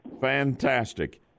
fantastic